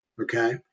okay